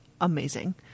amazing